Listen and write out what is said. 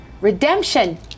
redemption